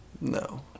No